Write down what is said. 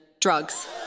drugs